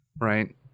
right